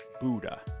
Buddha